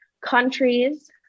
countries